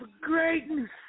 greatness